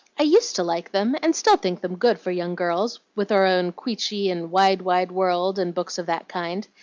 i used to like them, and still think them good for young girls, with our own queechy and wide, wide world and books of that kind.